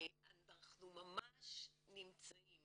אנחנו ממש נמצאים